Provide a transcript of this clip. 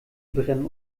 brennen